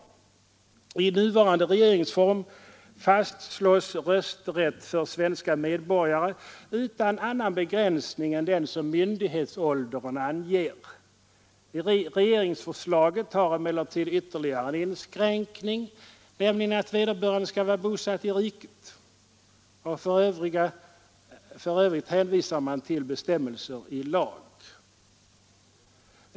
I den nuvarande regeringsformen fastslås rösträtt för svenska medborgare utan annan begränsning än den som myndighetsåldern anger. Regeringsförslaget har emellertid ytterligare en inskränkning, nämligen att vederbörande skall vara bosatt i riket. För övriga medborgare hänvisar man till bestämmelser i lag.